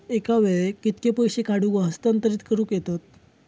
एका वेळाक कित्के पैसे काढूक व हस्तांतरित करूक येतत?